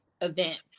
event